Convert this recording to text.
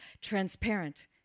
transparent